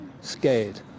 scared